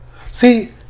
See